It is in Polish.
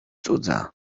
cudza